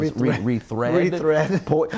re-thread